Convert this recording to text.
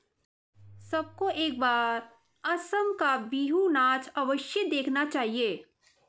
सबको एक बार असम का बिहू नाच अवश्य देखना चाहिए